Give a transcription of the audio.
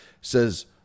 Says